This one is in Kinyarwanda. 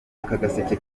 gaseke